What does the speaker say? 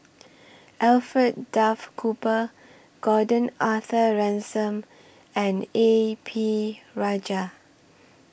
Alfred Duff Cooper Gordon Arthur Ransome and A P Rajah